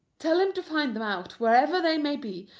tell him to find them out wherever they may be,